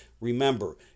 remember